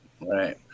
right